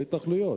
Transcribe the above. בהתנחלויות.